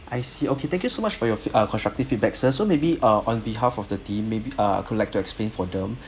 I see okay thank you so much for your fe~ ah constructive feedback sir so maybe ah on behalf of the team maybe ah I could like to explain for them